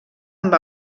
amb